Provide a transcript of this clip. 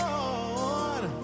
Lord